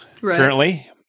currently